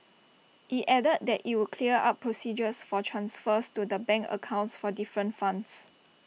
IT added that IT would clear up procedures for transfers to the bank accounts for different funds